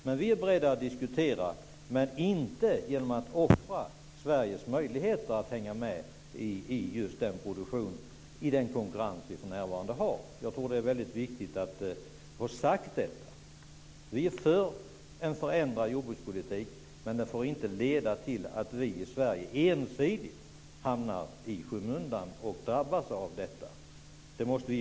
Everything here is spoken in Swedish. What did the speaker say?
Vi är beredda att diskutera det, men inte genom att offra Sveriges möjligheter att hänga med i den konkurrens som vi för närvarande har med EU:s produktion. Det är viktigt att få detta sagt. Vi är för en förändrad jordbrukspolitik, men den får inte leda till att vi i Sverige ensidigt hamnar i skymundan.